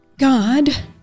God